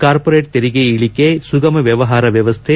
corporate ತೆರಿಗೆ ಇಳಕೆ ಸುಗಮ ವ್ಹವಹಾರ ವ್ವವಸ್ಥೆ